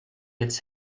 its